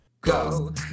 Go